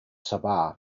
sabah